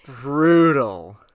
Brutal